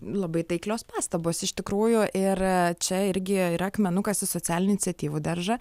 labai taiklios pastabos iš tikrųjų ir čia irgi yra akmenukas į socialinių iniciatyvų daržą